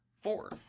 four